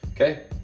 okay